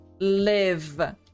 live